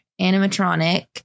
animatronic